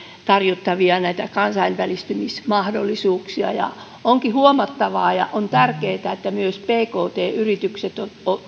tarjottavia kansainvälistymismahdollisuuksia ja onkin huomattavaa ja on tärkeätä että myös pkt yritykset